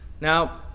Now